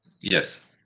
Yes